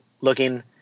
looking